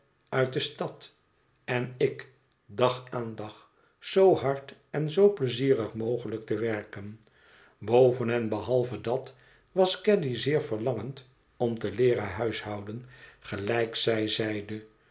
uit de stad en ik dag aan dag zoo hard en zoo pleizierig mogelijk te werken boven en behalve dat was caddy zeer verlangend om te leeren huishouden gelijk zij zeide